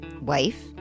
wife